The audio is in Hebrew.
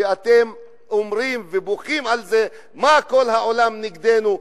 שאתם אומרים ובוכים על זה: מה כל העולם נגדנו?